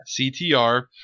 CTR